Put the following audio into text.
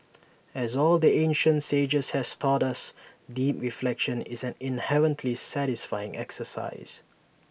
as all the ancient sages have taught us deep reflection is an inherently satisfying exercise